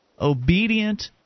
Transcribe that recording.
obedient